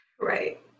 Right